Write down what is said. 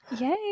Yay